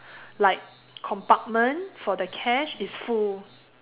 like compartment for the cash is full